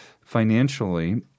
financially